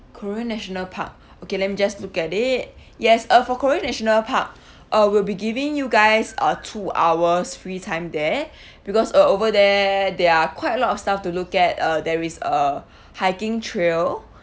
korea national park okay let me just look at it yes uh for korea national park uh we'll be giving you guys uh two hours free time there because uh over there there are quite a lot of stuff to look at uh there is a hiking trail